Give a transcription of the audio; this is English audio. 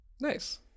nice